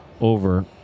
over